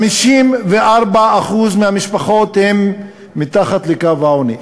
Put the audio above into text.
54% מהמשפחות הן מתחת לקו העוני.